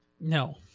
no